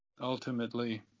ultimately